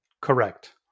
Correct